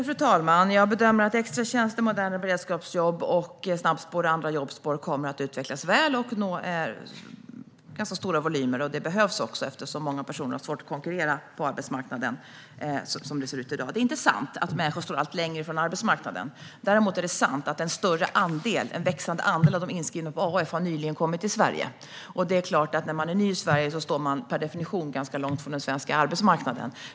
Fru talman! Jag bedömer att extratjänster, moderna beredskapsjobb och snabbspår och andra jobbspår kommer att utvecklas väl och nå ganska stora volymer. Det behövs också eftersom många personer har svårt att konkurrera på arbetsmarknaden som det ser ut i dag. Det är inte sant att människor står allt längre från arbetsmarknaden. Däremot är det sant att en växande andel av de inskrivna på Arbetsförmedlingen nyligen har kommit till Sverige. Det är klart att när man är ny i Sverige står man per definition ganska långt från den svenska arbetsmarknaden.